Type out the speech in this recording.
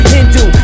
Hindu